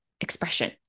expression